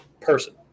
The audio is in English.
person